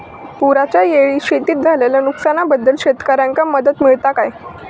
पुराच्यायेळी शेतीत झालेल्या नुकसनाबद्दल शेतकऱ्यांका मदत मिळता काय?